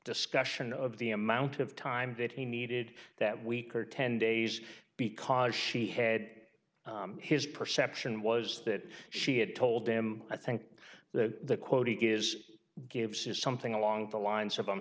discussion of the amount of time that he needed that week or ten days because she had his perception was that she had told him i think the quote is give says something along the lines of i'm